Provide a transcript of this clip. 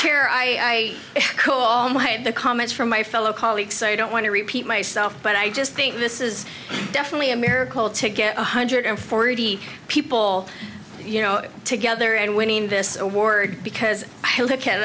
here i call my the comments from my fellow colleagues i don't want to repeat myself but i just think this is definitely a miracle to get one hundred forty people you know together and winning this award because i look at